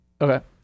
Okay